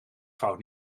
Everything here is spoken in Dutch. fout